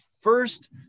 first